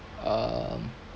um